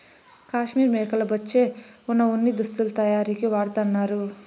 కాశ్మీర్ మేకల బొచ్చే వున ఉన్ని దుస్తులు తయారీకి వాడతన్నారు